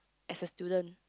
as a student